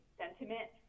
sentiment